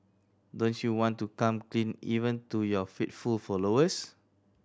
don't you want to come clean even to your faithful followers